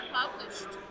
published